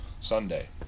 sunday